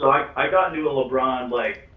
i got new lebron like